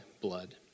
blood